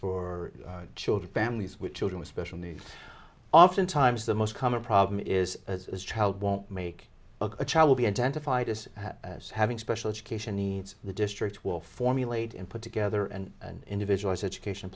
for children families with children with special needs off sometimes the most common problem is as a child won't make a child will be identified as having special education needs the district will formulate and put together and individualized education